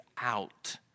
out